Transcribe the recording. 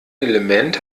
element